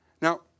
Now